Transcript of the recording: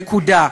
נקודה.